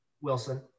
Wilson